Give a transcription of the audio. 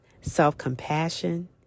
self-compassion